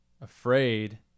afraid